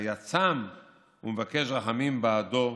היה צם ומבקש רחמים בעדו,